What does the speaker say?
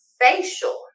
facial